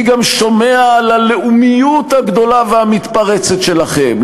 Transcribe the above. אני גם שומע על הלאומיות הגדולה והמתפרצת שלכם,